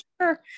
sure